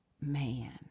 man